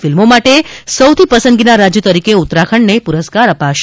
ફિલ્મો માટે સૌથી પસંદગીના રાજ્ય તરીકે ઉત્તરાખંડને પુરસ્કાર અપાશે